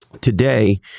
Today